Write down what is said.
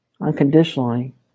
Unconditionally